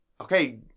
okay